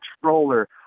controller